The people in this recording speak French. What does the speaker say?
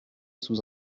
sous